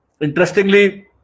interestingly